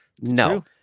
No